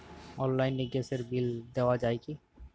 অনলাইনে গ্যাসের বিল দেওয়া যায় কি?